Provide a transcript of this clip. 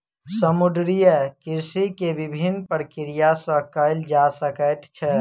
समुद्रीय कृषि के विभिन्न प्रक्रिया सॅ कयल जा सकैत छै